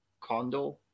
condo